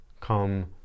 Come